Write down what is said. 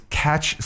catch